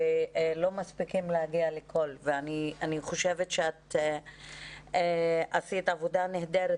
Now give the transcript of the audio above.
שלא מספיקים להגיע לכל ועדה ואני חושבת שאת עשית עבודה נהדרת,